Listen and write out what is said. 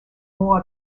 more